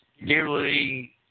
nearly